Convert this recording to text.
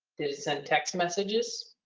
did it send text messages,